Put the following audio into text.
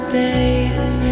days